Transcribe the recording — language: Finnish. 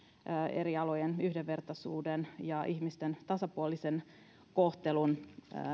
eri alojen yhdenvertaisuuden ja ihmisten tasapuolisen kohtelun